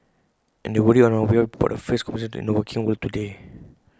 and they worry on our behalf about the fierce competition in the working world today